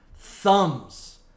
Thumbs